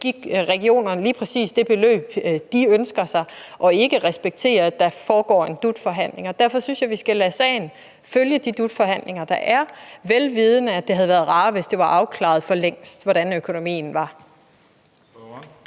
give regionerne lige præcis det beløb, de ønsker sig, og ikke respektere, at der foregår en DUT-forhandling. Derfor synes jeg, at vi skal lade sagen følge de DUT-forhandlinger, der er, vel vidende, at det havde været rarere, hvis det var afklaret for længst, hvordan økonomien var.